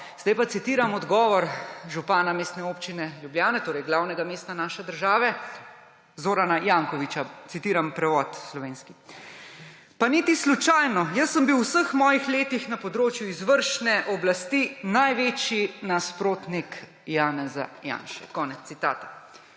Sedaj pa citiram odgovor župana Mestne občine Ljubljana, torej glavnega mesta naše države Zorana Jankovića, citiram slovenski prevod: »Pa niti slučajno. Jaz sem bil v vseh mojih letih na področju izvršne oblasti največji nasprotnik Janeza Janše.« Konec citata.